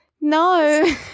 no